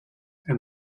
and